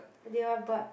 bought